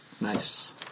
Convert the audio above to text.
Nice